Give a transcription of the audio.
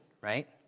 right